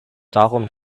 darum